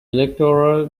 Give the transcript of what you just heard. electoral